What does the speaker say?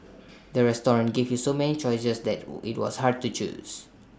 the restaurant gave so many choices that IT was hard to choose